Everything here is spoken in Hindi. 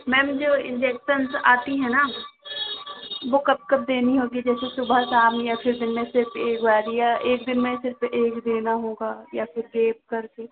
मैम जो इनजैक्सन आती हैं ना वो कब कब देनी होगी जैसे सुबह शाम या फिर दिन में सिर्फ एक बार या एक दिन में सिर्फ एक देना होगा या फिर एक का ही